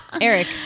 Eric